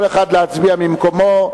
כל אחד יצביע ממקומו.